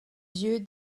yeux